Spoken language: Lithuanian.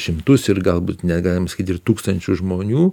šimtus ir galbūt net galim sakyt ir tūkstančius žmonių